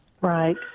Right